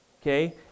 okay